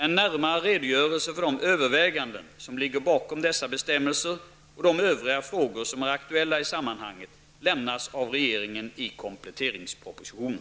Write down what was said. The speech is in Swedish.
En närmare redogörelse för de överväganden som ligger bakom dessa bestämmelser och de övriga frågor som är aktuella i sammanhanget lämnas av regeringen i kompletteringspropositionen.